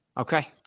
Okay